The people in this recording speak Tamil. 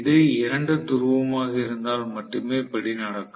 இது இரண்டு துருவமாக இருந்தால் மட்டுமே இப்படி நடக்கும்